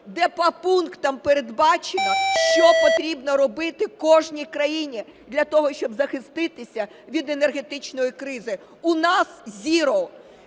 де по пунктам передбачено, що потрібно робити кожній країні для того, щоб захиститися від енергетичної кризи. У нас зеро.